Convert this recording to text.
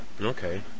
Okay